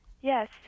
Yes